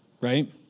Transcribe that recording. right